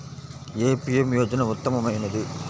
ఏ PM యోజన ఉత్తమమైనది?